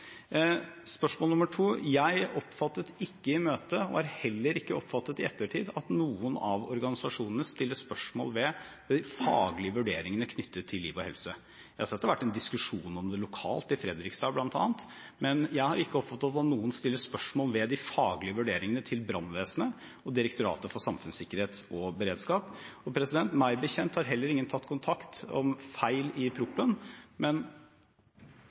spørsmål nummer to: Jeg oppfattet ikke i møtet, og har heller ikke oppfattet i ettertid, at noen av organisasjonene stiller spørsmål ved de faglige vurderingene knyttet til liv og helse. Jeg har sett at det har vært en diskusjon om det lokalt, i Fredrikstad bl.a., men jeg har ikke oppfattet at noen stiller spørsmål ved de faglige vurderingene til brannvesenet og Direktoratet for samfunnssikkerhet og beredskap. Meg bekjent har heller ingen tatt kontakt om feil i